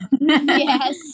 Yes